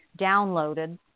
downloaded